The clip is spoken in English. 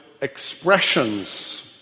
expressions